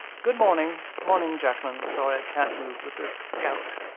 good morning! morning, jackman! sorry i can't move with this gout.